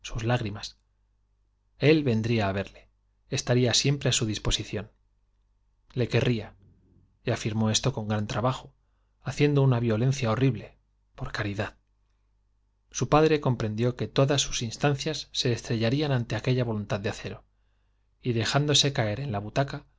lágrimas él vendría á verle estaría siempre á su disposición le querría y afirmó esto con gran trabajo haciendo una violencia horrible por caridad su padre com prendió que todas sus instancias se estrellarían ante aquella voluntad de acero y la dejándose caer en butaca